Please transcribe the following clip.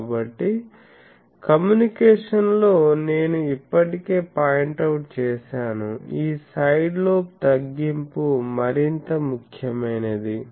కాబట్టి కమ్యూనికేషన్లో నేను ఇప్పటికే పాయింట్ అవుట్ చేశాను ఈ సైడ్ లోబ్ తగ్గింపు మరింత ముఖ్యమైనది